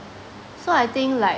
so I think like